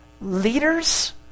leaders